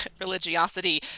religiosity